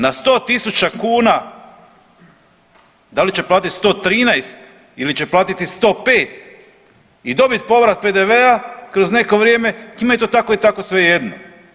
Na 100 000 kuna da li će platiti 113 ili će platiti 105 i dobit povrat PDV-a kroz neko vrijeme njima je to tako i tako svejedno.